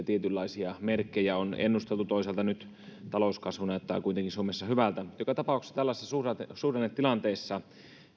tietynlaisia merkkejä siitä on ennusteltu toisaalta nyt talouskasvu näyttää kuitenkin suomessa hyvältä joka tapauksessa tällaisessa suhdannetilanteessa